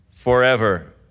Forever